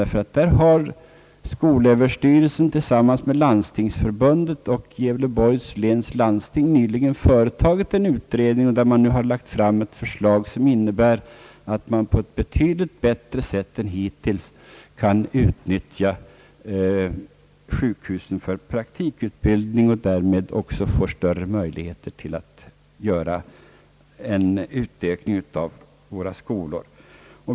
Skolöverstyrelsen har nämligen tillsammans med Landstingsförbundet och Gävleborgs läns landsting nyligen företagit en utredning, och man har lagt fram ett förslag som innebär att man betydligt bättre än hittills kan utnyttja sjukhusen för praktikutbildning och därmed också få större möjligheter att utöka våra skolor.